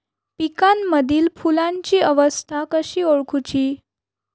पिकांमदिल फुलांची अवस्था कशी ओळखुची?